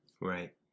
Right